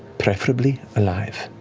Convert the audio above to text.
preferably alive.